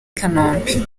kanombe